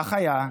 כך היה,